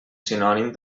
sinònim